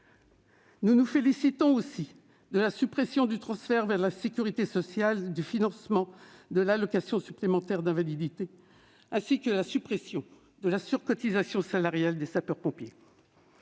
Nous nous félicitons aussi de la suppression du transfert vers la sécurité sociale du financement de l'allocation supplémentaire d'invalidité (ASI), ainsi que de la suppression de la surcotisation salariale des sapeurs-pompiers.